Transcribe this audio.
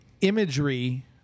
imagery